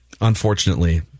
unfortunately